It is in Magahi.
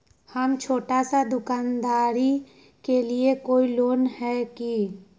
हम छोटा सा दुकानदारी के लिए कोई लोन है कि?